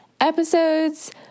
episodes